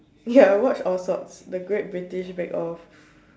ya I watch all sorts the great British bake off